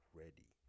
ready